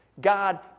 God